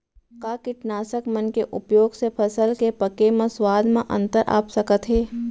का कीटनाशक मन के उपयोग से फसल के पके म स्वाद म अंतर आप सकत हे?